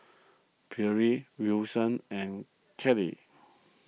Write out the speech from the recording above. Perley Wilson and Kelley